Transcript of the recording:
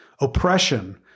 oppression